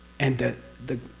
and the the.